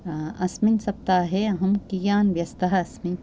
अस्मिन् सप्ताहे अहं कियान् व्यस्तः अस्मि